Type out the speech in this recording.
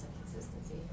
consistency